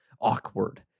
awkward